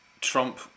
Trump